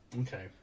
Okay